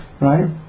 right